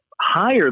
higher